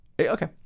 Okay